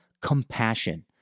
compassion